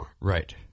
right